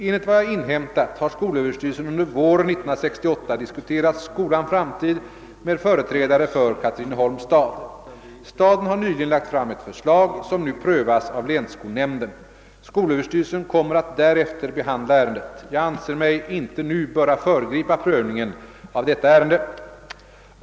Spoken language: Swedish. Enligt vad jag inhämtat har skolöverstyrelsen under våren 1968 diskuterat skolans framtid med företrädare för Katrineholms stad. Staden har nyligen lagt fram ett förslag som nu prövas av länsskolnämnden. Skolöverstyrelsen kommer att därefter behandla ärendet. Jag anser mig inte nu böra föregripa prövningen av detta ärende.